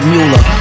Mueller